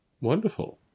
Wonderful